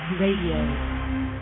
Radio